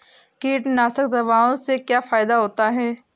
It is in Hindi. कीटनाशक दवाओं से क्या फायदा होता है?